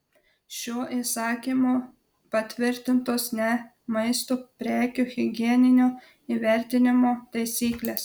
šiuo įsakymu patvirtintos ne maisto prekių higieninio įvertinimo taisyklės